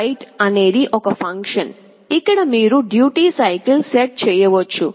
write అనేది ఒక function ఇక్కడ మీరు డ్యూటీ సైకిల్ సెట్ చేయవచ్చు